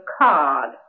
card